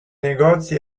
negozi